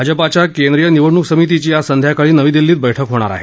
भाजपाच्या केंद्रीय निवडणूक समितीची आज संध्याकाळी नवी दिल्लीत बैठक होणार आहे